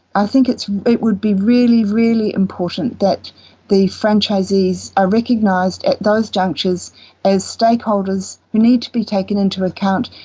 i think it would be really, really important that the franchisees are recognised at those junctures as stakeholders who need to be taken into account,